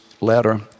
letter